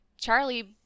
Charlie